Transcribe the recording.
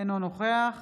אינו נוכח